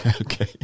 Okay